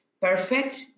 perfect